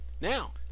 Now